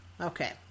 Okay